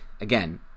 again